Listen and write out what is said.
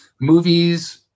movies